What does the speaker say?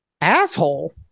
asshole